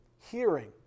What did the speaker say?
hearing